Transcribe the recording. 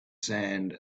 sand